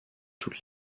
toute